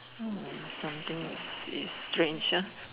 something is is strange ah